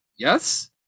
Yes